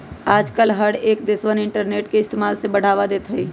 आजकल हर एक देशवन इन्टरनेट के इस्तेमाल से बढ़ावा देते हई